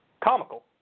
comical